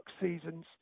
seasons